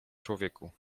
człowieku